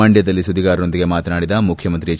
ಮಂಡ್ಕದಲ್ಲಿ ಸುದ್ದಿಗಾರರೊಂದಿಗೆ ಮಾತನಾಡಿದ ಮುಖ್ಕಮಂತ್ರಿ ಎಚ್